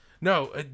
No